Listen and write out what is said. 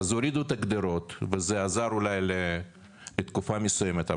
אז הורידו את הגדרות וזה עזר אולי לתקופה מסוימת,